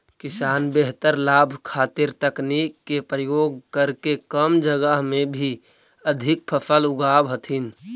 किसान बेहतर लाभ खातीर तकनीक के प्रयोग करके कम जगह में भी अधिक फसल उगाब हथिन